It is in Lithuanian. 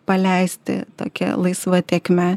paleisti tokia laisva tėkme